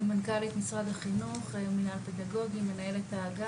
מנכ"לית משרד החינוך, מינהל פדגוגי, מנהלת האגף.